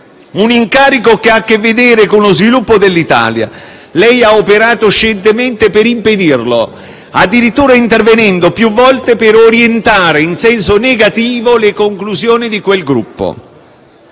un incarico che ha a che vedere con lo sviluppo dell'Italia. Lei ha operato scientemente per impedirlo, addirittura intervenendo più volte per orientare in senso negativo le conclusioni di quel gruppo.